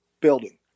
building